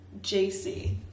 jc